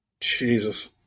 Jesus